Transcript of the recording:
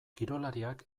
kirolariak